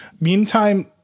Meantime